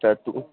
তা তু